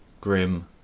grim